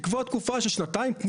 לקבוע תקופה של שנתיים.